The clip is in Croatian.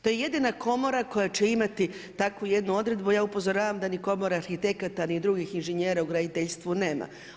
To je jedina komora koja će imati takvu jednu odredbu, ja upozoravam da ni komora arhitekata ni drugih inženjera u graditeljstvu nema.